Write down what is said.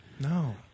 No